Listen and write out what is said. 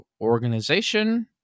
organization